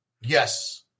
yes